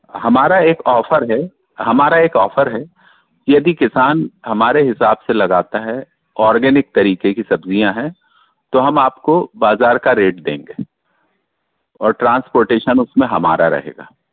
हमारा एक ऑफर है हमारा एक ऑफर है यदि किसान हमारे हिसाब से लगाता है ऑर्गेनिक तरीके की सब्ज़ियाँ हैं तो हम आपको बाजार का रेट देंगे और ट्रांसपोर्टेशन उसमें हमारा रहेगा